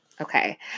Okay